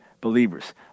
believers